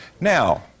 Now